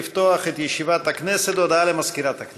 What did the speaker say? דברי הכנסת חוברת ה' ישיבה רע"ח הישיבה